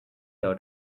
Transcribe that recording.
out